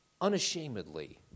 unashamedly